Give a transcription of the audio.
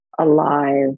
alive